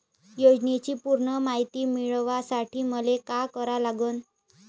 योजनेची पूर्ण मायती मिळवासाठी मले का करावं लागन?